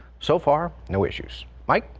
so far no issues. like